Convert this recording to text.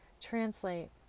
Translate